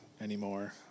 anymore